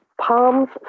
palms